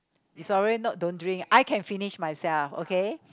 is already not don't drink I can finish myself okay